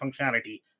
functionality